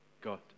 God